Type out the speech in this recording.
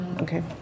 Okay